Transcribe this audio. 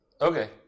Okay